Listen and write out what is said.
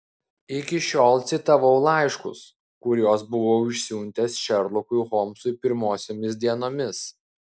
iki šiol citavau laiškus kuriuos buvau išsiuntęs šerlokui holmsui pirmosiomis dienomis